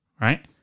right